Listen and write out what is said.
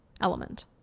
element